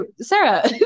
Sarah